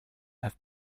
have